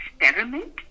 experiment